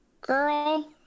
Girl